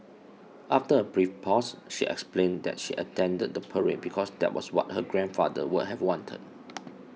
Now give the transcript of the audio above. after a brief pause she explained that she attended the parade because that was what her grandfather would have wanted